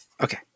Okay